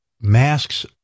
masks